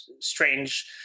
strange